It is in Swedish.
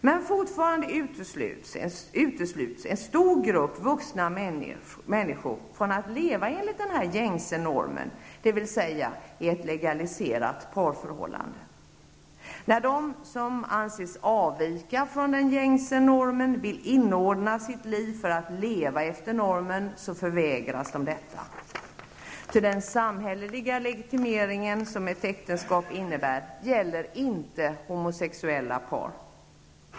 Men fortfarande utesluts en stor grupp vuxna människor från att leva enligt denna gängse norm, dvs. i ett legaliserat parförhållande. När de som anses avvika från den gängse normen vill inordna sitt liv för att leva efter normen, förvägras de detta. Ty den samhälleliga legitimering som ett äktenskap innebär gäller inte homosexuella par.